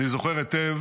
ואני זוכר היטב